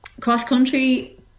cross-country